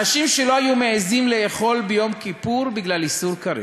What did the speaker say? אנשים שלא היו מעזים לאכול ביום כיפור בגלל איסור כרת,